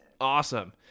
awesome